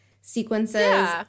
sequences